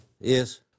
Yes